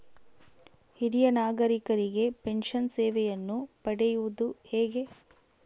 ಹಿರಿಯ ನಾಗರಿಕರಿಗೆ ಪೆನ್ಷನ್ ಸೇವೆಯನ್ನು ಪಡೆಯುವುದು ಹೇಗೆ?